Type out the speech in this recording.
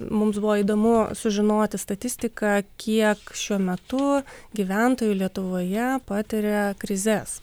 mums buvo įdomu sužinoti statistiką kiek šiuo metu gyventojų lietuvoje patiria krizes